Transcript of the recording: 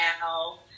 now